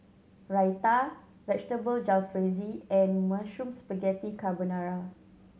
Raita Vegetable Jalfrezi and Mushroom Spaghetti Carbonara